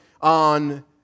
on